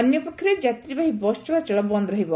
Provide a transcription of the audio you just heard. ଅନ୍ୟପକ୍ଷରେ ଯାତ୍ରୀବାହୀ ବସ୍ ଚଳାଚଳ ବନ୍ଦ୍ ରହିବ